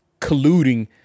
colluding